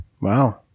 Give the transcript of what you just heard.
Wow